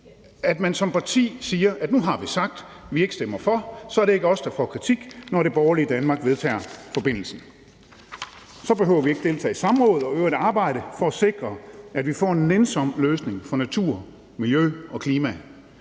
at man som parti siger, at man nu har sagt, at man ikke stemmer for, og at det så ikke er en selv, der får kritik, når det borgerlige Danmark vedtager forbindelsen, og at man så ikke behøver at deltage i samråd og i det øvrige arbejde for at sikre, at vi får en nænsom løsning for naturen, miljøet og klimaet.